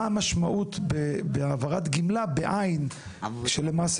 מה המשמעות בהעברת גמלה בעין כשלמעשה